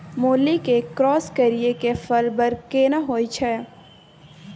मूली के क्रॉस करिये के फल बर केना होय छै?